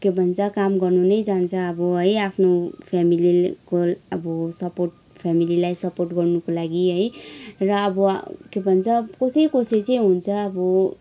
के भन्छ काम गर्न नै जान्छ अब है आफ्नो फेमेलीको अब सपोर्ट फेमिलीलाई सपोर्ट गर्नुको लागि है र अब के भन्छ कसै कसै चाहिँ हुन्छ आब